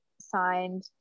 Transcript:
signed